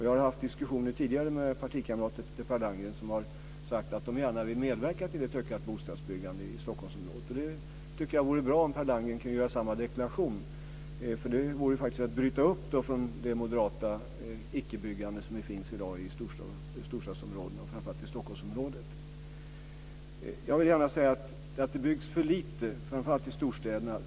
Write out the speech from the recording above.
Jag har haft diskussioner tidigare med partikamrater till Per Landgren som har sagt att de gärna vill medverka till ett ökat bostadsbyggande i Stockholmsområdet. Det vore bra om Per Landgren kunde göra samma deklaration. Det vore att bryta upp från det moderata icke-byggande som finns i dag i storstadsområdena, framför allt i Stockholmsområdet. Det är ett stort samhällsproblem att det byggs för lite framför allt i storstäderna.